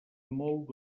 molt